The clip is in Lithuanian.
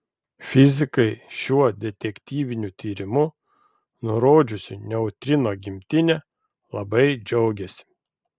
fizikai šiuo detektyviniu tyrimu nurodžiusiu neutrino gimtinę labai džiaugiasi